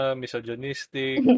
misogynistic